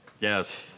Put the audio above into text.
Yes